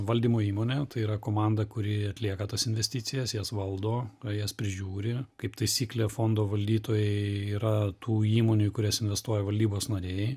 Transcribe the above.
valdymo įmonė tai yra komanda kuri atlieka tas investicijas jas valdo jas prižiūri kaip taisyklė fondo valdytojai yra tų įmonių į kurias investuoja valdybos nariai